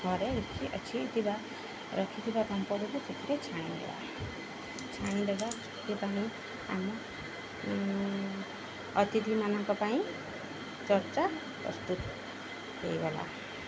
ଘରେ ରିକି ଅଛିଥିବା ରଖିଥିବା ତାମ୍ପରକୁ ସେଥିରେ ଛାଣି ଦେବା ଛାଣି ଦେବା ସେଥିପାଇଁ ଆମ ଅତିଥିମାନଙ୍କ ପାଇଁ ଚର୍ଚ୍ଚା ପ୍ରସ୍ତୁତ ହେଇଗଲା